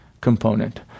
component